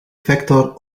vector